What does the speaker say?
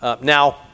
Now